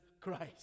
Christ